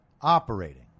operating